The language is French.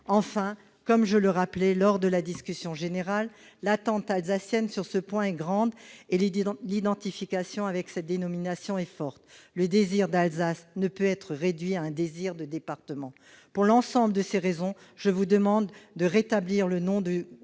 Enfin, comme je le rappelais lors de la discussion générale, l'attente alsacienne sur ce point est grande et l'identification avec cette dénomination est forte. Le désir d'Alsace ne peut être réduit à un désir de département ! Pour l'ensemble de ces raisons, mes chers collègues, je vous demande de rétablir le nom que